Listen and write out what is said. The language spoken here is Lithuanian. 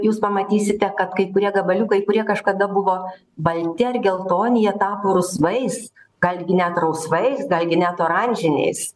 jūs pamatysite kad kai kurie gabaliukai kurie kažkada buvo balti ar geltoni jie tapo rusvais galgi net rausvais dargi net oranžiniais